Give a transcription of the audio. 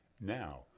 Now